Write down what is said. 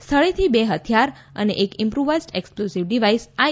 સ્થળેથી બે હથિયાર અને એક ઇમ્પુવાઇઝ્ડ એક્સ્પ્લોઝિવ ડિવાઇસ આઇ